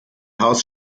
house